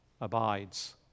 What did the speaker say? abides